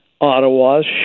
Ottawa's